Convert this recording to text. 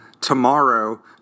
tomorrow